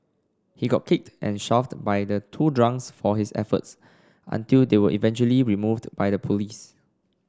he got kicked and shoved by the two drunks for his efforts until they were eventually removed by the police